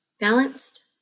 balanced